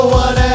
one